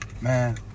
Man